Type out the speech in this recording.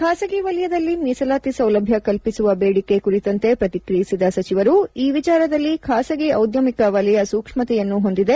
ಖಾಸಗಿ ವಲಯದಲ್ಲಿ ಮೀಸಲಾತಿ ಸೌಲಭ್ಯ ಕಲ್ಸಿಸುವ ಬೇಡಿಕೆ ಕುರಿತಂತೆ ಪ್ರತಿಕ್ರಿಯಿಸಿದ ಸಚಿವರು ಈ ವಿಚಾರದಲ್ಲಿ ಖಾಸಗಿ ಔದ್ಯಮಿಕ ವಲಯ ಸೂಕ್ಷ್ಮತೆಯನ್ನು ಹೊಂದಿದೆ